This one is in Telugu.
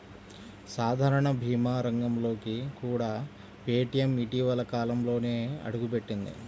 సాధారణ భీమా రంగంలోకి కూడా పేటీఎం ఇటీవలి కాలంలోనే అడుగుపెట్టింది